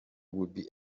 would